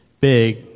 big